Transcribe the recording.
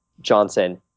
Johnson